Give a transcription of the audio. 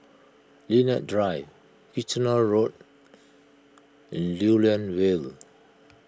Lilac Drive Kitchener Road and Lew Lian Vale